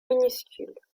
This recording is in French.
minuscule